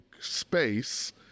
space